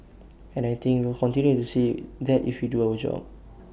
and I think we'll continue to see that if we do our job